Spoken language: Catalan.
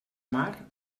mar